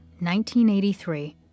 1983